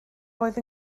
oedd